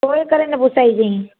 तोड़े करे न पिसाइंजे